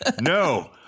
No